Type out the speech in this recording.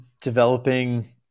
developing